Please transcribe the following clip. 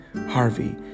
Harvey